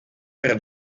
per